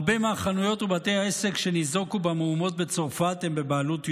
הרבה מהחנויות ובתי העסק שניזוקו במהומות בצרפת הם בבעלות יהודית.